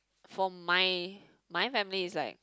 from my my family is like